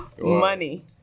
Money